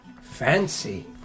Fancy